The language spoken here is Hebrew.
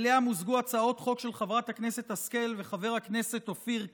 שאליה מוזגו הצעות חוק של חברת הכנסת השכל וחבר הכנסת אופיר כץ,